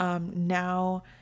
now